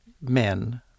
men